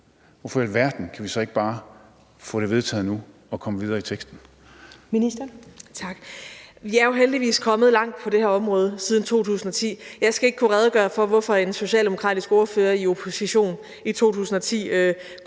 hvorfor i alverden kan vi så ikke bare få det vedtaget nu og komme videre i teksten?